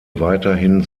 weiterhin